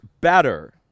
better